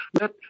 Let